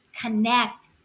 connect